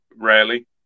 Rarely